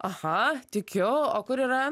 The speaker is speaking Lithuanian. aha tikiu o kur yra